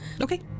Okay